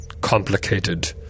complicated